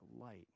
light